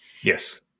Yes